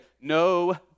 No